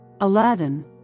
Aladdin